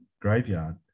graveyard